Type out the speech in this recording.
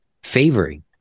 favoring